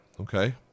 Okay